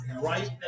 right